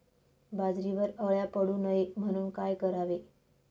बाजरीवर अळ्या पडू नये म्हणून काय करावे?